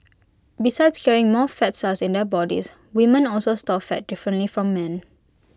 besides carrying more fat cells in their bodies women also store fat differently from men